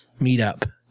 meetup